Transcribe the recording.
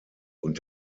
und